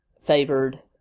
favored